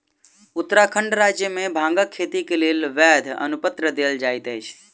उत्तराखंड राज्य मे भांगक खेती के लेल वैध अनुपत्र देल जाइत अछि